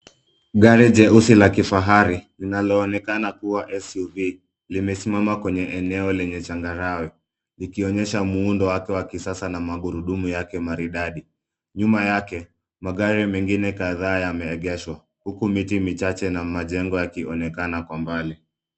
Gari jeusi la kifahari, linalo onekana kuwa SUV, limesimama kwenye eneo la changarawe likionyesha muundo wake wa kisasa na magurudumu yake maridadi. Nyuma yake, magari mengine kadhaa yameegeshwa, huku miti michache na majengo yakionekana kwa mbali.